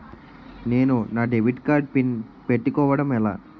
నేను నా debit card pin పెట్టుకోవడం ఎలా?